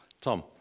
tom